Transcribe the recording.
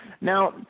Now